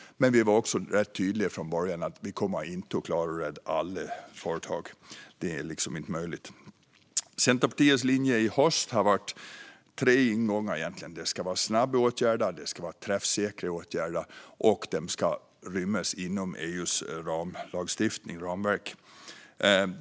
Men vi var också rätt tydliga från början med att vi inte kommer att klara att rädda alla företag. Det är inte möjligt. Centerpartiets linje i höst har haft tre ingångar. Det ska vara snabba åtgärder, det ska vara träffsäkra åtgärder och de ska rymmas inom EU:s ramverk.